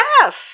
Yes